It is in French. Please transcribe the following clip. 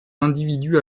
individu